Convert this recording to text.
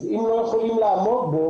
אם לא יכולים לעמוד בזה,